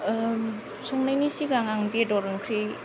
संनायनि सिगां आं बेदर ओंख्रि